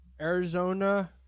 Arizona